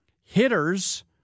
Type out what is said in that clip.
hitters